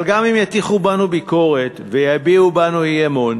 אבל גם אם יטיחו בנו ביקורת ויביעו בנו אי-אמון